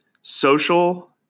social